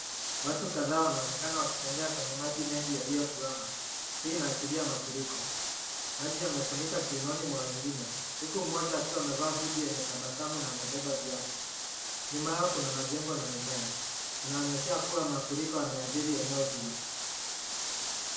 Watu kadhaa wanaonekana wakitembea kwenye maji mengi yaliyo duama. Hii inaashiria mafuriko, maji yamefunika kuononi mwa wengine huku mmoja akiwa amevaa hudi yenye tabasamu na amebeba viatu. Nyumae kuna majengo na mimea, inaonyeshea kua mafuriko yameadhiri eneo hilo.